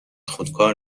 خودکار